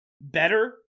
better